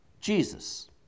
Jesus